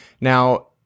now